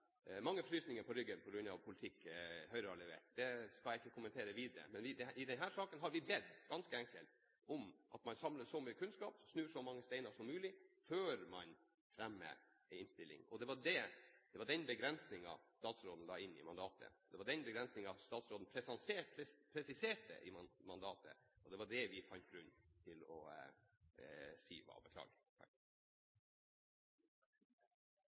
mange frysninger på ryggen på grunn av politikk Høyre har levert. Det skal jeg ikke kommentere videre. Men i denne saken har vi ganske enkelt bedt om at man samler så mye kunnskap og snur så mange steiner som mulig før man fremmer en innstilling. Det var den begrensningen statsråden la inn i mandatet – det var den begrensningen statsråden presiserte i mandatet. Det var det vi fant grunn til å si